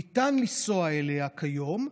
ניתן לנסוע אליה כיום,